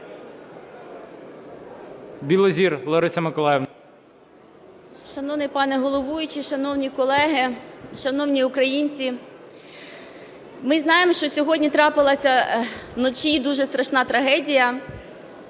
БІЛОЗІР Л.М. Шановний пане головуючий, шановні колеги, шановні українці! Ми знаємо, що сьогодні трапилася вночі дуже страшна трагедія